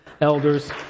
elders